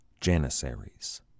Janissaries